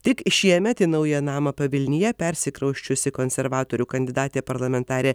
tik šiemet į naują namą pavilnyje persikrausčiusi konservatorių kandidatė parlamentarė